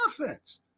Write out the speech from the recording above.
offense